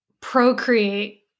Procreate